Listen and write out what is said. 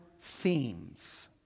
themes